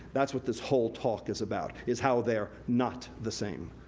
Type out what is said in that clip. that's what this whole talk is about is how their not the same.